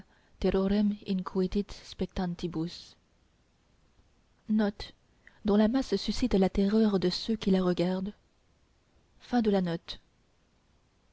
dont la masse suscite la terreur de ceux qui la regardent